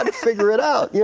and figure it out. yeah